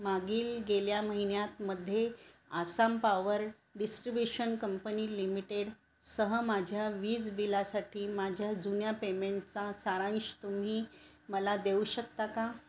मागील गेल्या महिन्यामध्ये आसाम पावर डिस्ट्रीब्युशन कंपनी लिमिटेडसह माझ्या वीज बिलासाठी माझ्या जुन्या पेमेंटचा सारांश तुम्ही मला देऊ शकता का